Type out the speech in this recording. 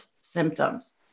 symptoms